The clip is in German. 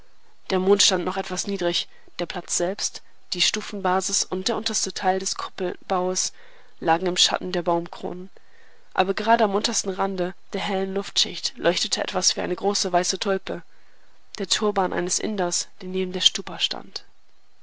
der mond stand schon etwas niedrig der platz selbst die stufenbasis und der unterste teil des kuppelbaues lagen im schatten der baumkronen aber gerade am untersten rande der hellen luftschicht leuchtete etwas auf wie eine große weiße tulpe der turban eines inders der neben der stupa stand